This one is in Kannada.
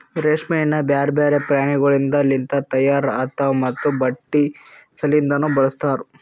ರೇಷ್ಮೆಯನ್ನು ಬ್ಯಾರೆ ಬ್ಯಾರೆ ಪ್ರಾಣಿಗೊಳಿಂದ್ ಲಿಂತ ತೈಯಾರ್ ಆತಾವ್ ಮತ್ತ ಬಟ್ಟಿ ಸಲಿಂದನು ಬಳಸ್ತಾರ್